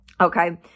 Okay